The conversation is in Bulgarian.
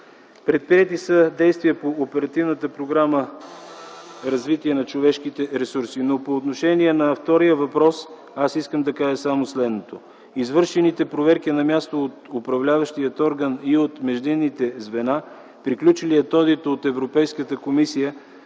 Предприети са действия по оперативната програма „Развитие на човешките ресурси”. По отношение на втория въпрос аз искам да кажа само следното - извършените проверки на място от страна на управляващия орган и от междинните звена, приключилият одит от Европейската комисия